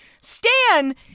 Stan